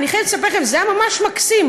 אני חייבת לספר לכם, זה היה ממש מקסים: